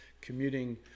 commuting